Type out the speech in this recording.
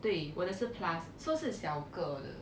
对我的是 plus so 是小个的